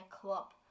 club